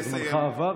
אתה מבייש את הבית הזה.